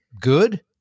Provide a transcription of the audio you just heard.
good